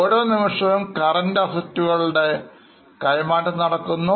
ഓരോ നിമിഷവുംCurrent Assets കളുടെ കൈമാറ്റംനടക്കുന്നു